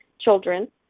children